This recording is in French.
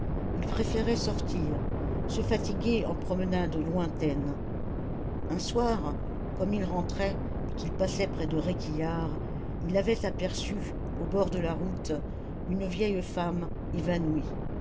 il préférait sortir se fatiguer en promenades lointaines un soir comme il rentrait et qu'il passait près de réquillart il avait aperçu au bord de la route une vieille femme évanouie